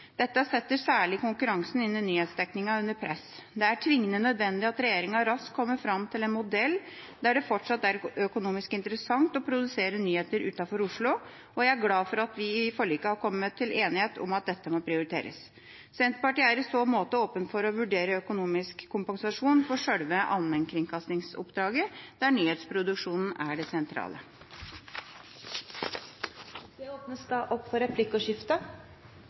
Dette setter særlig konkurransen innen nyhetsdekningen under press. Det er tvingende nødvendig at regjeringa raskt kommer fram til en modell der det fortsatt er økonomisk interessant å produsere nyheter utenfor Oslo, og jeg er glad for at vi i forliket har kommet til enighet om at dette må prioriteres. Senterpartiet er i så måte åpen for å vurdere økonomisk kompensasjon for selve allmennkringkastingsoppdraget, der nyhetsproduksjonen er det sentrale.